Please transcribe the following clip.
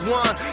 one